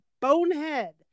bonehead